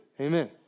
amen